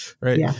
right